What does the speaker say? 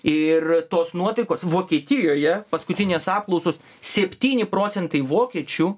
ir tos nuotaikos vokietijoje paskutinės apklausos septyni procentai vokiečių